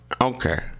Okay